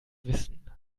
wissen